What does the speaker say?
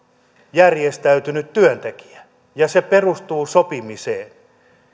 järjestäytynyt työntekijä ja se perustuu sopimiseen